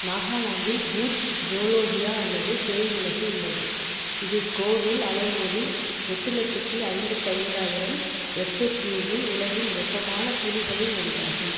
நாகாலாந்தில் பூட்ஜ் ஜோலோகியா அல்லது பேய் மிளகு உள்ளது இது ஸ்கோவில் அளவுகோலில் எட்டு லட்சத்தி ஐம்பத்தைந்தாயிரம் எஸ்ஹெச்யுவில் உலகின் வெப்பமான சில்லிகளில் ஒன்றாகும்